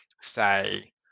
say